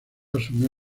asumió